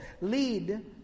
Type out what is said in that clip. lead